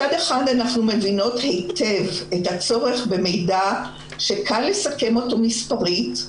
מצד אחד אנחנו מבינות היטב את הצורך במידע שקל לסכם אותו מספרית,